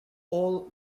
all